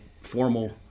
formal